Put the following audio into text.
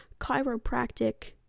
chiropractic